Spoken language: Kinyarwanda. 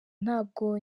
ntabwo